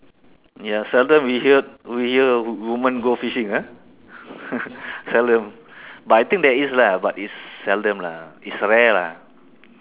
ya seldom we hear we hear woman go fishing ah seldom but I think there is lah but it's seldom lah is rare lah